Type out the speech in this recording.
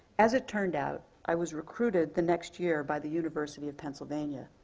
as it turned out, i was recruited the next year by the university of pennsylvania,